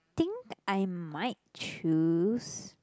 think I might choose